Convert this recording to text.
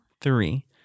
three